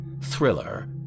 thriller